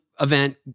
event